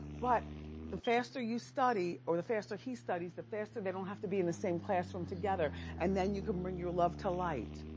but the faster you study, or the faster he studies, the faster they don't have to be in the same classroom together. and then you can bring your love to light.